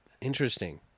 Interesting